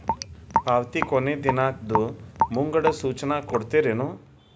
ಪಾವತಿ ಕೊನೆ ದಿನಾಂಕದ್ದು ಮುಂಗಡ ಸೂಚನಾ ಕೊಡ್ತೇರೇನು?